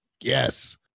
Yes